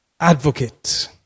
advocate